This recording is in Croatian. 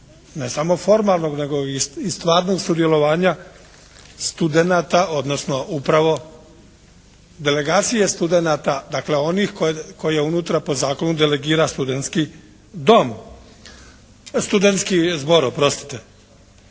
ne samo formalnog nego i stvarnog sudjelovanja studenata odnosno upravo delegacije studenata, dakle onih koji unutra po zakonu delegira studenski dom, studenski zbor, oprostite.